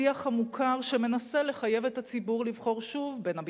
השיח המוכר שמנסה לחייב את הציבור לבחור שוב בין הביטחון,